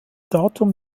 datum